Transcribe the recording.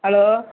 hello